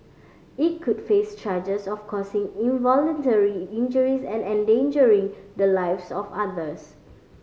it could face charges of causing involuntary injuries and endangering the lives of others